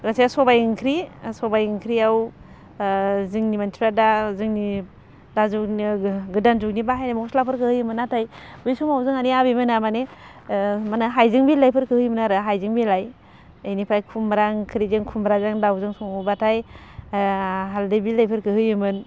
सबाय ओंख्रि सबाय ओंख्रियाव जोंनि मानसिफ्रा दा जोंनि दा जुगनि गोदान जुगनि मस्लाफोरखौ बाहायनाय जायोमोन नाथाय बे समाव जोंहानि आबैमोनहा माने माने हायजें बिलािइफोरखौ होयोमोन आरो हायजें बिलाइ बेनिफ्राय खुमब्रा ओंख्रिजों माने खुमब्राजों दावजों सङोबाथाय हालदै बिलाइफोरखौ होयोमोन